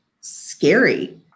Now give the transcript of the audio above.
scary